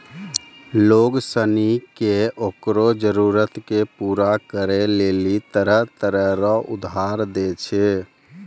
लोग सनी के ओकरो जरूरत के पूरा करै लेली तरह तरह रो उधार दै छै